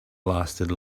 lasted